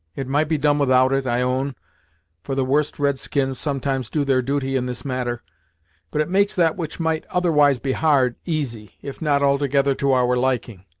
it might be done without it, i own for the worst red-skins sometimes do their duty in this matter but it makes that which might otherwise be hard, easy, if not altogether to our liking.